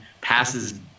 passes